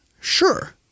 Sure